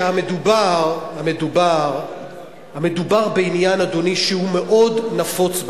שמדובר בעניין, אדוני, שהוא מאוד נפוץ במדינה,